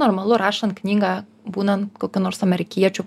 normalu rašant knygą būnan kokiu nors amerikiečiu